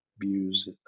views